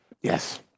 Yes